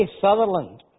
Sutherland